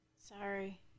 Sorry